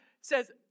says